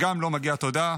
גם לו מגיעה תודה.